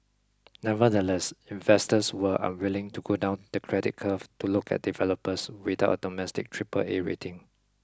nevertheless investors were unwilling to go down the credit curve to look at developers without a domestic Triple A rating